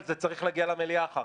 אבל זה צריך להגיע למליאה אחר כך.